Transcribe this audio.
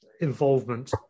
involvement